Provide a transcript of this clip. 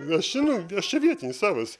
aš čia nu aš čia vietinis savas